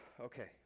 Okay